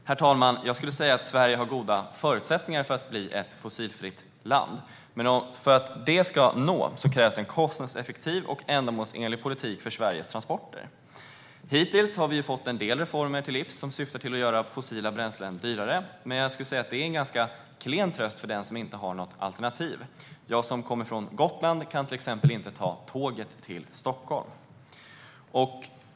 Herr talman! Jag skulle säga att Sverige har goda förutsättningar för att bli ett fossilfritt land. Men för att det ska nås krävs en kostnadseffektiv och ändamålsenlig politik för Sveriges transporter. Hittills har vi fått en del reformer till livs som syftar till att göra fossila bränslen dyrare. Men jag skulle säga att det är en ganska klen tröst för den som inte har något alternativ. Jag som kommer från Gotland kan till exempel inte ta tåget till Stockholm.